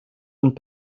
und